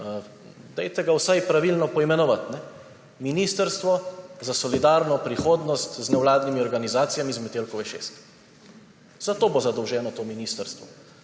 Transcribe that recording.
Dajte ga vsaj pravilno poimenovati, ministrstvo za solidarno prihodnost z nevladnimi organizacijami z Metelkove 6. Za to bo zadolženo to ministrstvo,